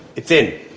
it's in.